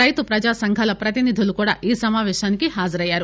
రైతు ప్రజాసంఘాల ప్రతినిధులు కూడా ఈ సమాపేశానికి హాజరయ్యారు